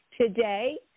Today